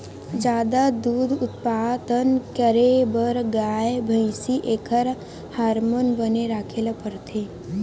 जादा दूद उत्पादन करे बर गाय, भइसी एखर हारमोन बने राखे ल परथे